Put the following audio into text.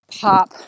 pop